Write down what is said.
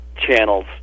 channels